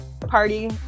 party